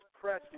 press